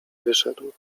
wyszedł